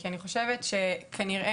כי אני חושבת שכנראה,